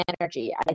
energy